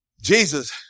Jesus